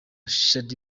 shaddy